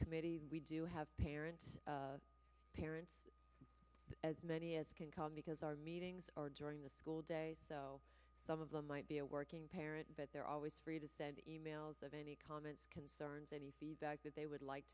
committee we do have parents parents as many as can come because our meetings are during the school day so some of them might be a working parent but they're always free to send e mails of any comment concerns any feedback that they would like